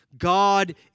God